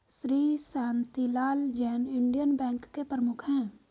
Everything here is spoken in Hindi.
श्री शांतिलाल जैन इंडियन बैंक के प्रमुख है